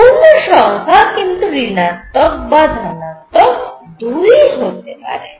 পূর্ণসংখ্যা কিন্তু ঋণাত্মক বা ধনাত্মক দুইই হতে পারে